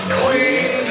queen